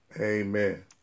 Amen